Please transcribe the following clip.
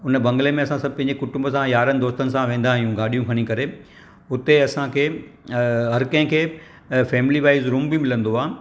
उन बंगले में असां सभु पंहिंजे कुटुंब सां यारनि दोसतनि सां वेंदा आहियूं गाॾियूं खणी करे हुते असांखे हर कंहिंखे फैमिली वाईज़ रूम बि मिलंदो आहे